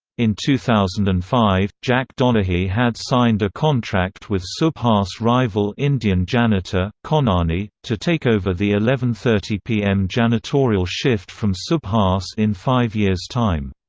in two thousand and five, jack donaghy had signed a contract with so subhas' rival indian janitor, khonani, to take over the eleven thirty p m. janitorial shift from subhas in five years' time.